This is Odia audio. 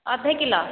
ଅଧେ କିଲୋ